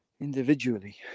individually